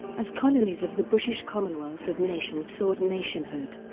as colonies of the british commonwealth of nations sought nationhood,